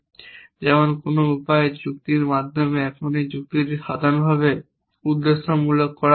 যেমন কোন উপায়ে যুক্তির মাধ্যমে এখন এই যুক্তিটি সাধারণভাবে উদ্দেশ্যমূলকভাবে করা যেতে পারে